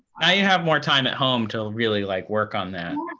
i have more time at home to really like work on that.